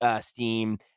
steam